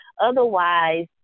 otherwise